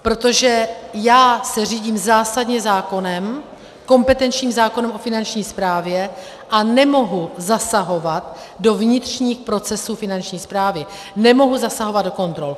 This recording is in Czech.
Protože já se řídím zásadně zákonem, kompetenčním zákonem o Finanční správě, a nemohu zasahovat do vnitřních procesů Finanční správy, nemohu zasahovat do kontrol.